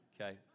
okay